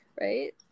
right